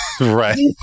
Right